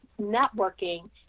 networking